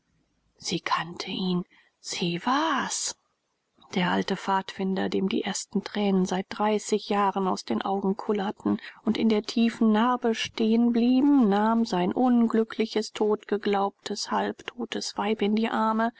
sie kannte ihn sie war's der alte pfadfinder dem die ersten tränen seit dreißig jahren aus den augen kullerten und in der tiefen narbe stehen blieben nahm sein unglückliches totgeglaubtes halbtotes weib in die arme